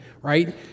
right